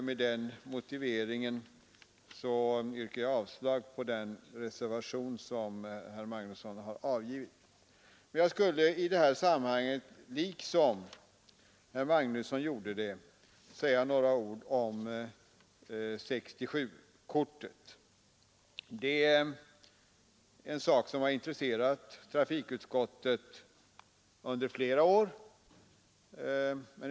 Med den motiveringen yrkar jag avslag på den reservation som herr Magnusson i Kristinehamn har avgivit. Jag skall i detta sammanhang liksom herr Magnusson i Kristinehamn säga några ord om 67-kortet. Det är en sak som har intresserat trafikutskottet under flera år.